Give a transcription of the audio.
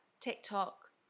TikTok